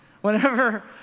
Whenever